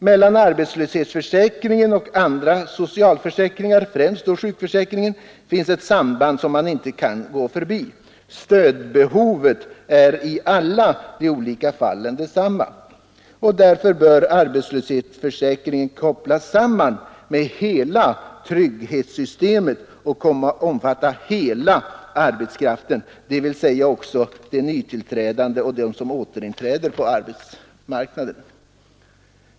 Mellan arbetslöshetsförsäkringen och andra socialförsäkringar, främst sjukförsäkringen, finns ett samband som man inte kan gå förbi. Stödbehovet är i alla de olika fallen detsamma. Därför bör arbetslöshetsförsäkringen kopplas samman med hela trygghetssystemet och komma att omfatta hela arbetskraften — dvs. också de nytillträdande och återinträdande på arbetsmarknaden.